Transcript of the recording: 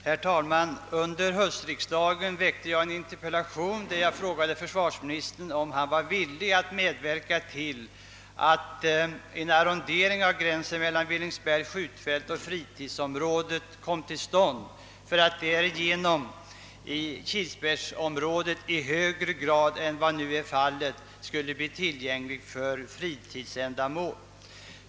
Herr talman! Under höstriksdagen framställde jag en interpellation där jag frågade försvarsministern om han var villig att medverka till att en arrondering av gränsen mellan Villingsbergs skjutfält och fritidsområdet kom till stånd för att Kilsbergsområdet i högre grad än vad nu är fallet skulle bli tillgängligt för fritidsändamål.